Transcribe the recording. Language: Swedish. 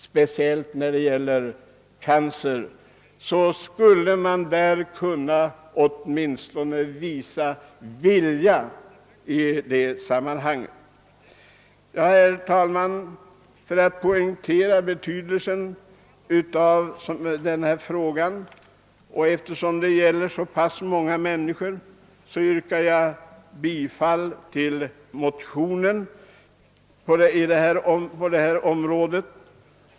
Jag anser att man åtminstone borde visa god vilja i det sammanhanget. Herr talman! För att poängtera betydelsen av denna fråga, som gäller så många människor, yrkar jag bifall till motionen II: 145.